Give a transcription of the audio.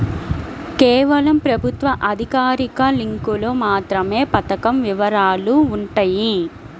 కేవలం ప్రభుత్వ అధికారిక లింకులో మాత్రమే పథకం వివరాలు వుంటయ్యి